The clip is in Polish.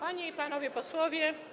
Panie i Panowie Posłowie!